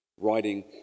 writing